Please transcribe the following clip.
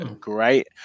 great